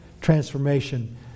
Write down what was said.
transformation